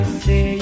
say